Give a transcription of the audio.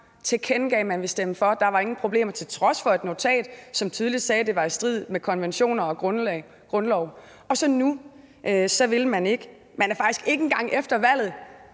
tilkendegav, at man ville stemme for, og at der ingen problemer var, til trods for et notat, som tydeligt sagde, at det var i strid med konventioner og grundlov, og nu vil man så ikke. Man er faktisk ikke engang efter valget